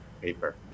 paper